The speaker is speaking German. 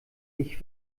ich